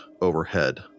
overhead